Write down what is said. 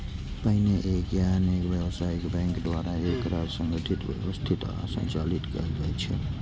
पहिने एक या अनेक व्यावसायिक बैंक द्वारा एकरा संगठित, व्यवस्थित आ संचालित कैल जाइ छै